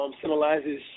symbolizes